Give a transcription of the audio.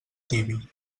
tibi